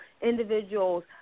individuals